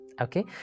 okay